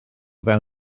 fewn